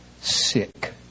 sick